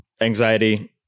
anxiety